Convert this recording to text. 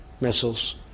missiles